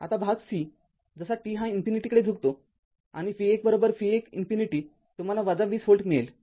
आता भाग c जसा t हा इन्फिनिटी कडे झुकतो आणि v१v१ इन्फिनिटी तुम्हाला २० व्होल्ट मिळेल